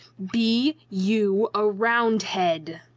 be you a round head?